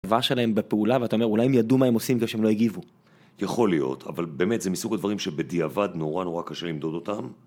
...הדבר שלהם בפעולה, ואתה אומר, אולי הם ידעו מה הם עושים כדי שהם לא יגיבו יכול להיות, אבל באמת זה מסוג הדברים שבדיעבד נורא נורא קשה למדוד אותם